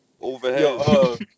Overhead